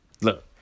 look